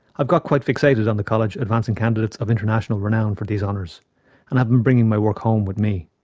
i've got quite fixated on the college advancing candidates of international renown for these honours and have been bringing my work home with me.